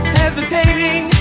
hesitating